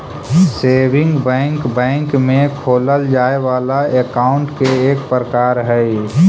saving bank bank में खोलल जाए वाला अकाउंट के एक प्रकार हइ